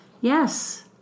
yes